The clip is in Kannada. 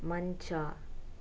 ಮಂಚ